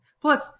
Plus